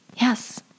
Yes